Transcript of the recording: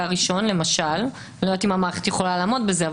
הראשון למשל אני לא יודעת אם המערכת יכולה לעמוד בזה,